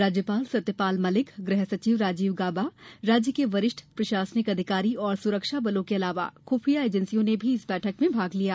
राज्यपाल सत्यपाल मलिक गृहसचिव राजीव गौबा राज्य के वरिष्ठ प्रशासनिक अधिकारी और सुरक्षाबलों के अलावा खुफिया एजेंसियों ने भी इस बैठक में भाग लिया